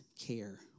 care